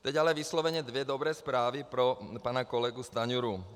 Teď ale vysloveně dvě dobré zprávy pro pana kolegu Stanjuru.